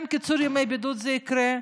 גם קיצור ימי הבידוד יקרה,